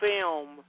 film